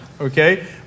okay